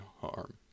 harm